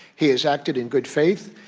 he has acted in good faith.